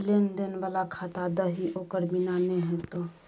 लेन देन बला खाता दही ओकर बिना नै हेतौ